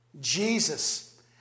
Jesus